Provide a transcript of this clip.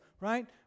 right